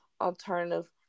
alternative